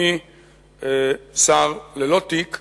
אני שר ללא תיק,